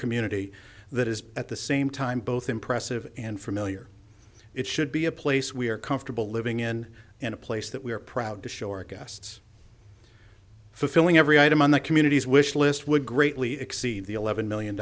community that is at the same time both impressive and familiar it should be a place we are comfortable living in and a place that we are proud to show our guests fulfilling every item on the community's wish list would greatly exceed the eleven million